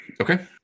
Okay